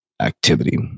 activity